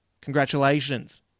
Congratulations